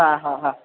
हां हां हां